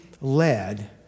led